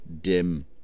dim